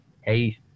hey